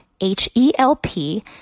H-E-L-P